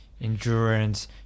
endurance